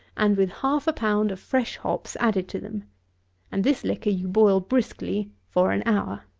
and with half a pound of fresh hops added to them and this liquor you boil briskly for an hour.